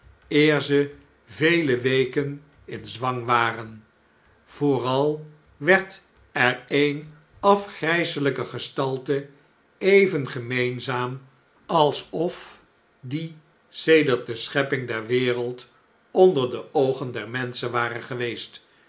ze vele weken in zwang waren vooral werd er eene afgrijseljjke gestalte even gemeenzaam alsof die sedert de schepping der wereld onder de oogen der menschen ware geweest